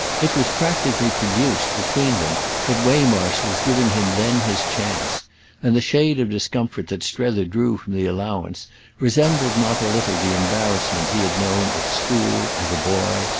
it was practically produced between them that waymarsh was giving him then his chance and the shade of discomfort that strether drew from the allowance resembled not a little the embarrassment he had known at school, as a boy,